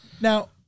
Now